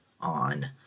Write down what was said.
on